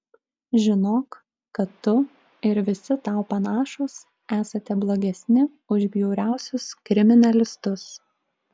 žinok kad tu ir visi tau panašūs esate blogesni už bjauriausius kriminalistus